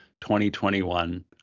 2021